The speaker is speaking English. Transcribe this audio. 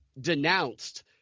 denounced